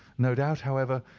no doubt, however,